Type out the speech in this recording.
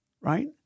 Right